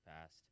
past